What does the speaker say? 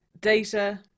data